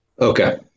okay